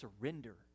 surrender